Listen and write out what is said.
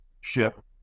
ship